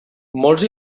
molts